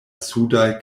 sudaj